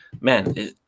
man